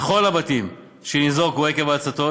בכל הבתים שניזוקו עקב ההצתות,